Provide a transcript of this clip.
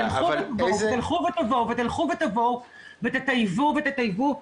'תלכו ותבואו ותלכו ותבואו ותטייבו',